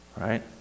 Right